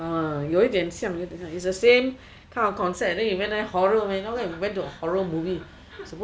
uh 有一点像有一点像 it's the same kind of concept then you went then horror man how come you went to a horror movie supposed to go to the other movie